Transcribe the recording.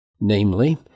namely